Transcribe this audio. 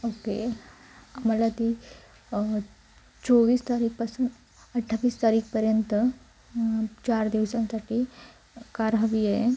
okay मला ती चोवीस तारीखपासून अठ्ठावीस तारीखपर्यंत चार दिवसांसाठी कार हवी आहे